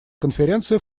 конференции